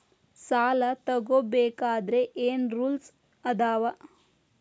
ಸಾಲ ತಗೋ ಬೇಕಾದ್ರೆ ಏನ್ ರೂಲ್ಸ್ ಅದಾವ?